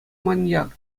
маньяк